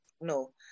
no